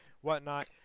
whatnot